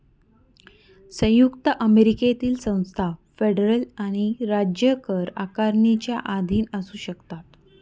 संयुक्त अमेरिकेतील संस्था फेडरल आणि राज्य कर आकारणीच्या अधीन असू शकतात